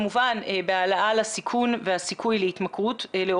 אבל התעדוף של הנושא כמשהו שאנחנו צריכים לתת עליו